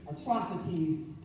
atrocities